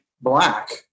black